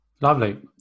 lovely